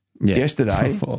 yesterday